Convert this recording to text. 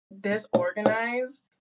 disorganized